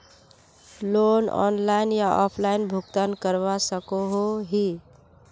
Loan online या offline भुगतान करवा सकोहो ही?